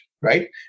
right